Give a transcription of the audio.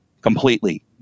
completely